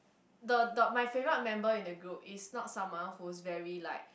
the the my favourite member in the group is not someone who's very like